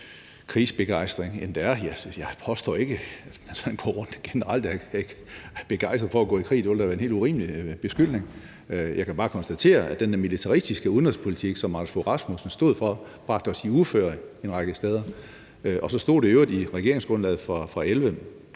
krigsbegejstring, end den har. Jeg påstår ikke, at man sådan generelt går rundt og er begejstret for at gå i krig – det ville jo være en helt urimelig beskyldning – men jeg kan bare konstatere, at den militaristiske udenrigspolitik, som Anders Fogh Rasmussen stod for, bragte os i uføre en række steder. Og så stod det i øvrigt i regeringsgrundlaget fra 2011,